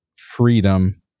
freedom